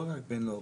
לא רק בינו,